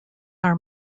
are